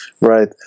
Right